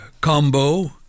combo